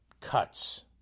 cuts